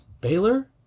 Baylor